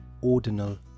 ordinal